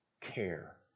care